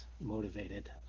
motivated